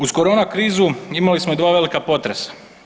Uz korona krizu imali smo i dva velika potresa.